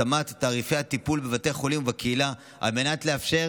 התאמת תעריפי הטיפול בבתי החולים ובקהילה על מנת לאפשר